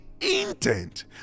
intent